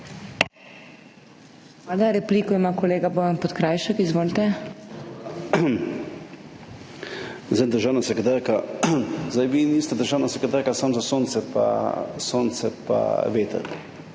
vi niste državna sekretarka samo za sonce pa veter.